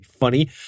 funny